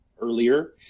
earlier